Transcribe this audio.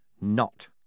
not